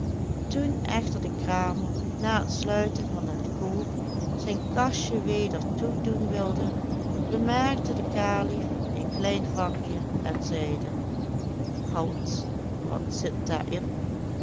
toen echter de kramer na t sluiten van den koop zijn kastje weder toedoen wilde bemerkte de kalif een klein vakje en zeide halt wat zit daarin